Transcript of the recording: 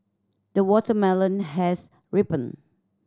the watermelon has ripened